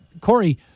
Corey